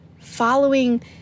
following